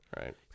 Right